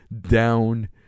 down